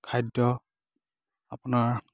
খাদ্য আপোনাৰ